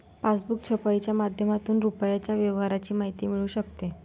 passbook छपाईच्या माध्यमातून रुपयाच्या व्यवहाराची माहिती मिळू शकते